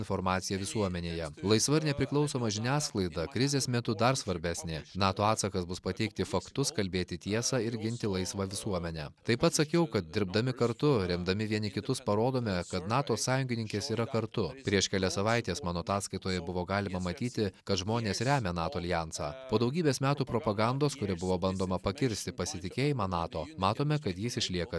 informaciją visuomenėje laisva ir nepriklausoma žiniasklaida krizės metu dar svarbesnė nato atsakas bus pateikti faktus kalbėti tiesą ir ginti laisvą visuomenę taip pat sakiau kad dirbdami kartu remdami vieni kitus parodome kad nato sąjungininkės yra kartu prieš kelias savaites mano ataskaitoje buvo galima matyti kad žmonės remia nato aljansą po daugybės metų propagandos kuri buvo bandoma pakirsti pasitikėjimą nato matome kad jis išlieka